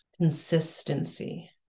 consistency